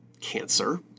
cancer